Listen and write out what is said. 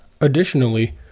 Additionally